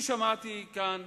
אני שמעתי כאן